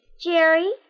Jerry